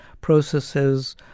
processes